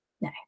No